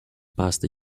past